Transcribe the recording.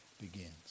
begins